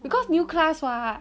because new class what